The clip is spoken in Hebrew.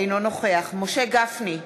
אינו נוכח משה גפני,